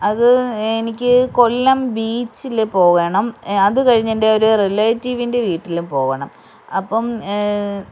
അത് എനിക്ക് കൊല്ലം ബീച്ചിൽ പോകണം അത് കഴിഞ്ഞ് എൻ്റെയൊരു റിലേറ്റീവിൻ്റെ വീട്ടിലും പോവണം അപ്പം